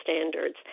standards